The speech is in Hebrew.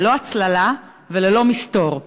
ללא הצללה וללא מסתור.